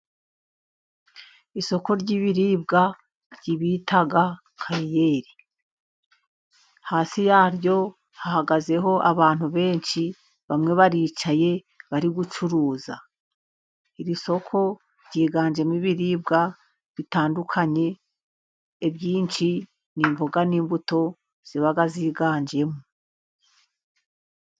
Isoko ry'ibiribwa bita kariyeri, hasi yaryo hahagaze abantu benshi, bamwe baricaye bari gucuruza, iri soko ryiganjemo ibiribwa bitandukanye, ibyinshi n'imboga n'imbuto ziba ziganjemo.